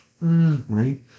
Right